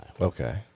Okay